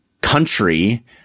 country